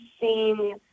seen